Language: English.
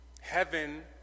Heaven